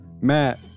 Matt